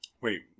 Wait